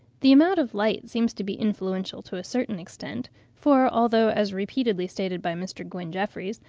the amount of light seems to be influential to a certain extent for although, as repeatedly stated by mr. gwyn jeffreys,